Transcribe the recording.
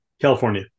California